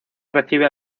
recibe